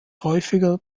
häufiger